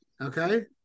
Okay